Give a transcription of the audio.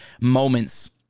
moments